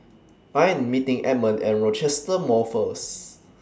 I Am meeting Edmond At Rochester Mall First